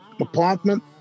apartment